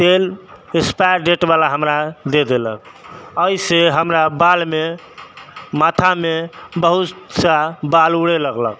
तेल एक्सपाइर डेटवला हमरा दऽ देलक एहिसँ हमरा बालमे माथामे बहुत सा बाल उड़ै लगल